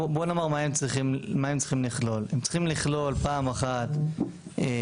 בואו נאמר מה הם צריכים לכלול: הם צריכים לכלול פעם אחת כלי